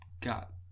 got